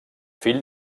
fill